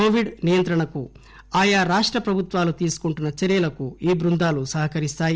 Covid నియంత్రణకు ఆయా రాష్ట ప్రభుత్వాలు తీసుకుంటున్న చర్చలకు ఈ బృందాలు సహకరిస్తాయి